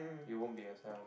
you won't be yourself